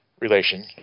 relation